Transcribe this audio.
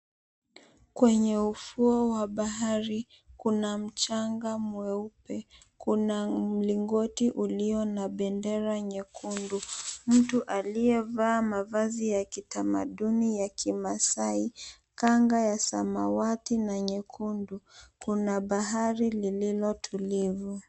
Kwenye ufuo wa bahari kuna mchanga mweupe. Kuna mlingoti ulio na bendera nyekundu, mtu aliyevaa mavazi ya kitamaduni ya kiMasai, kanga ya samawati na nyekundu. Kuna bahari lililotulivu.